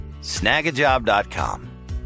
Snagajob.com